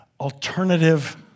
alternative